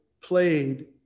played